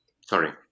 sorry